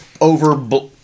over